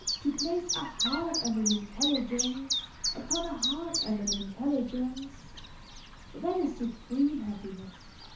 to place a heart and an intelligence upon a heart and an intelligence that is supreme happiness.